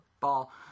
ball